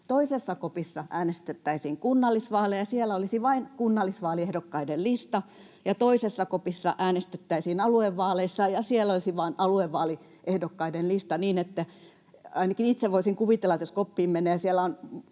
Toisessa kopissa äänestettäisiin kunnallisvaaleissa, siellä olisi vain kunnallisvaaliehdokkaiden lista, ja toisessa kopissa äänestettäisiin aluevaaleissa, ja siellä olisi vain aluevaaliehdokkaiden lista. Ainakin itse voisin kuvitella, että jos koppiin menee